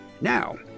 now